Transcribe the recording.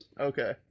Okay